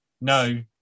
no